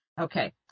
Okay